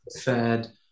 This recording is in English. Fed